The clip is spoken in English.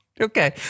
Okay